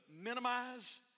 minimize